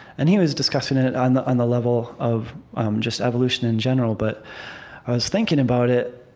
and he was discussing it it on the and level of just evolution in general, but i was thinking about it